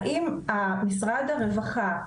האם משרד הרווחה,